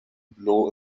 blow